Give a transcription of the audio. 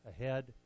ahead